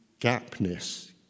gapness